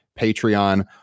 Patreon